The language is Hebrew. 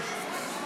מה זה?